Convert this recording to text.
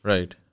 Right